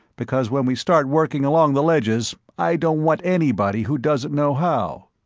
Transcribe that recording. because when we start working along the ledges, i don't want anybody who doesn't know how.